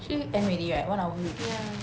eh end already right one hour already